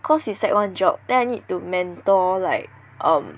cause is sec one job then I need to mentor like um